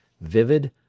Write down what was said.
vivid